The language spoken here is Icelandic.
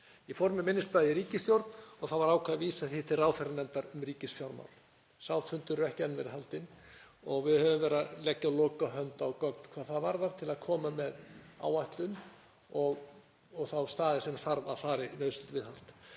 Ég fór með minnisblað til ríkisstjórnar og það var ákveðið að vísa því til ráðherranefndar um ríkisfjármál. Sá fundur hefur ekki enn verið haldinn og við höfum verið að leggja lokahönd á gögn hvað það varðar til að koma með áætlun um þá staði þar sem þarf að fara í nauðsynlegt viðhald.